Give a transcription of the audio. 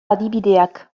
adibideak